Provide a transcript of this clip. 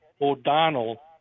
O'Donnell